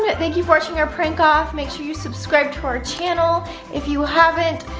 but thank you for watching our prank off. make sure you subscribe to our channel if you haven't,